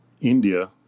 India